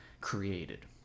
created